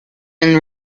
been